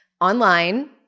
online